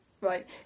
Right